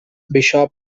bishop